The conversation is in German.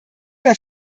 der